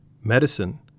medicine